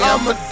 I'ma